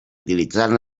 utilitzant